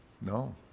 No